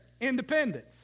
independence